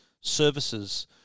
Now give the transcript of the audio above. services